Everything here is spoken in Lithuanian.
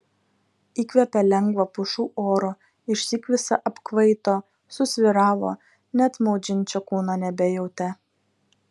įkvėpė lengvo pušų oro išsyk visa apkvaito susvyravo net maudžiančio kūno nebejautė